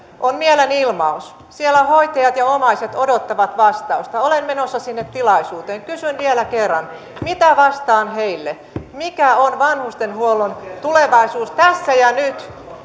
on mielenilmaus siellä hoitajat ja omaiset odottavat vastausta olen menossa sinne tilaisuuteen kysyn vielä kerran mitä vastaan heille mikä on vanhustenhuollon tulevaisuus tässä ja nyt